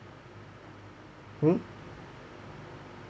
hmm